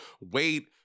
wait –